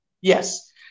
Yes